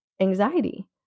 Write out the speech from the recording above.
anxiety